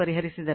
015 ಕೋನ 113